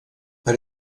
per